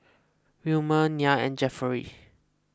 Wilmer Nyah and Jefferey